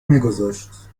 میگذاشت